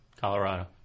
colorado